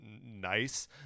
nice